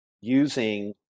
using